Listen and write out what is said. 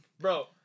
Bro